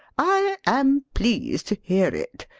i am pleased to hear it.